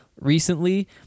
recently